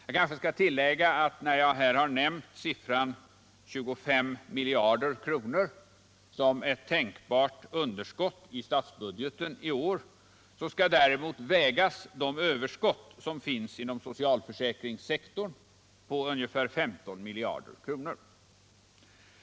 Jag kanske skall tilllägga att när jag här nämner siffran 25 miljarder kronor som ett tänkbart underskott i statsbudgeten i år skall däremot vägas de överskott som finns inom socialförsäkringssektorn på ungefär 15 miljarder kronor.